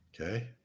Okay